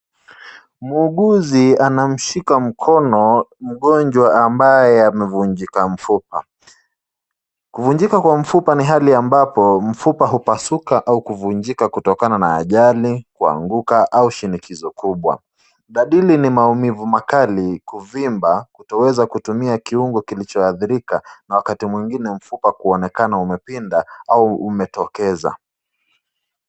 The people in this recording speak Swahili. Muuguzi anamshika mkono mgonjwa amevunjika mfupa, kuvunjika Kwa mfupa hali ambapo mfupa hupasuka au kuvunjika kutokana na ajali, kuanguka au shinikizo kubwa, dalili ni maumivu makali, kuvimba kutoweza kutumia kiungo kilicho athirika na wakati mwengine ni mfupa kuonekana umepinda au umetokeza.